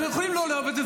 אתם יכולים לא לאהוב את זה,